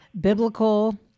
biblical